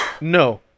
No